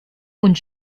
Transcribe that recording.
und